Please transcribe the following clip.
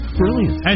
brilliant